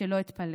שלא אתפלל".